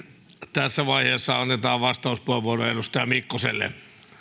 tässä vaiheessa annetaan vastauspuheenvuoro edustaja mikkoselle arvoisa